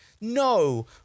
no